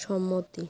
সম্মতি